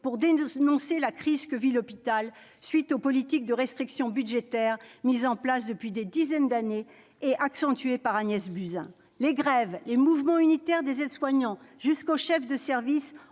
pour dénoncer la crise que vit l'hôpital, à la suite des politiques de restrictions budgétaires mises en place depuis des dizaines d'années et accentuées par Mme Agnès Buzyn. Les grèves, les mouvements unitaires allant des aides-soignants jusqu'aux chefs de service